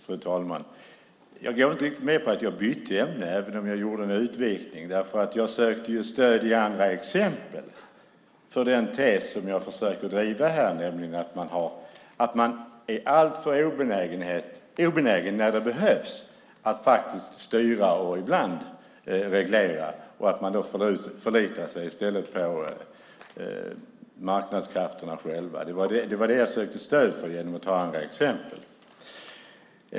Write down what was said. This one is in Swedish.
Fru talman! Jag går inte riktigt med på att jag bytte ämne, även om jag gjorde en utvikning. Jag sökte stöd i andra exempel för den tes som jag försöker driva här, nämligen att man är alltför obenägen att styra och ibland reglera när det behövs och att man då i stället förlitar sig på marknadskrafterna själva. Det var det jag sökte stöd för genom att ta andra exempel.